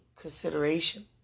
consideration